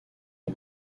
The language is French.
aux